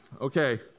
Okay